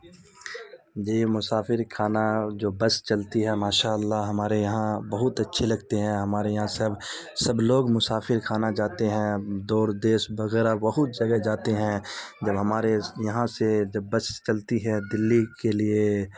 جی مسافر خانہ جو بس چلتی ہے ماشاء اللہ ہمارے یہاں بہت اچھے لگتے ہیں ہمارے یہاں سب سب لوگ مسافر خانہ جاتے ہیں دور دیس وغیرہ بہت جگہ جاتے ہیں جب ہمارے یہاں سے جب بس چلتی ہے دلی کے لیے